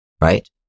right